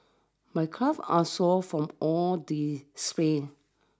my calf are sore from all the sprints